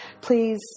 please